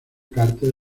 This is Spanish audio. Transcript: carter